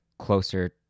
closer